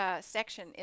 section